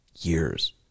years